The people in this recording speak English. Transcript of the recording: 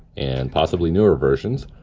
and possibly newer versions.